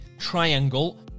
triangle